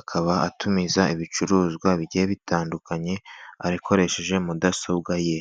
akaba atumiza ibicuruzwa bigiye bitandukanye akoresheje mudasobwa ye.